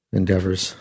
endeavors